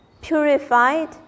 purified